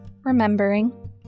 Remembering